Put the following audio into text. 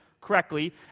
correctly